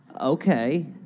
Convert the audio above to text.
Okay